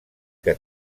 que